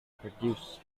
produced